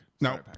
No